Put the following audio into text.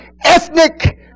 ethnic